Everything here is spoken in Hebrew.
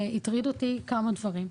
הטרידו אותי כמה דברים.